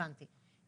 הבנתי.